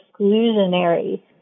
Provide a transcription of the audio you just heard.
exclusionary